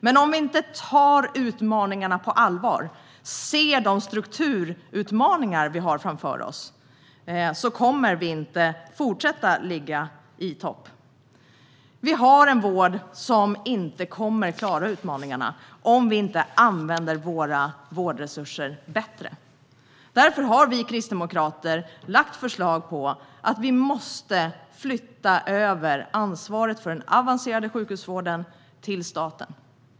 Men om vi inte tar utmaningarna på allvar och ser de strukturutmaningar vi har framför oss kommer vi inte att fortsätta att ligga i topp. Vi har en vård som inte kommer att klara utmaningarna om vi inte använder våra vårdresurser bättre. Därför har vi kristdemokrater lagt fram förslag om att flytta över ansvaret för den avancerade sjukhusvården till staten.